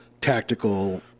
tactical